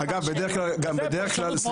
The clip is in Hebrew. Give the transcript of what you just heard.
זאת פרשנות.